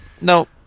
No